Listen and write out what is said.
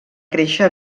créixer